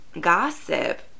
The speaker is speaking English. gossip